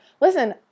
listen